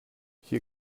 hier